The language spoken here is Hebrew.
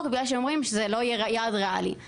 בגלל שהם אומרים שזה לא יהיה יעד ריאלי,